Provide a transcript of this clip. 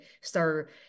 start